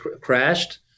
crashed